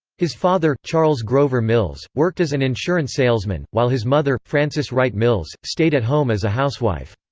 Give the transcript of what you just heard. his father, charles grover mills, worked as an insurance salesman, while his mother, frances wright mills, stayed at home as a housewife.